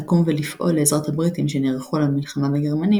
לקום ולפעול לעזרת הבריטים שנערכו למלחמה בגרמנים,